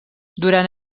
durant